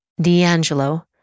D'Angelo